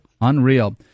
Unreal